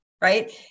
right